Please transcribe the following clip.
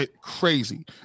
crazy